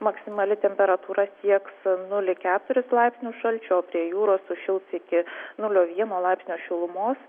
maksimali temperatūra sieks nulį keturis laipsnius šalčio o prie jūros sušils iki nulio vieno laipsnio šilumos